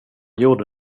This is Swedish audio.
gjorde